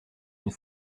une